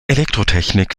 elektrotechnik